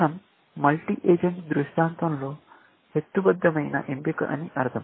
మనం multi agent దృష్టాంతంలో హేతుబద్ధమైన ఎంపిక అని అర్థం